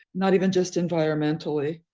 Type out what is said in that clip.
not even just environmentally.